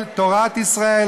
חברת הכנסת עליזה לביא.